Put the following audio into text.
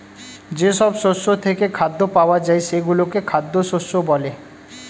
যেসব শস্য থেকে খাদ্য পাওয়া যায় সেগুলোকে খাদ্য শস্য বলে